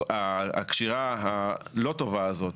הקשירה הלא טובה הזאת,